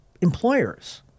employers